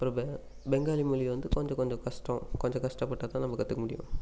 அப்புறம் பெ பெங்காலி மொழியை வந்து கொஞ்சம் கொஞ்சம் கஷ்டம் கொஞ்சம் கஷ்டபட்டா தான் நம்ம கற்றுக்க முடியும்